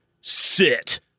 sit